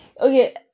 okay